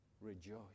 rejoice